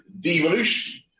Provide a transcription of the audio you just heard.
devolution